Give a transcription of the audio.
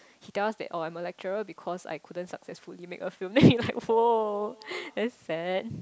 he tells us that oh I'm a lecturer because I couldn't successfully make a film oh that's sad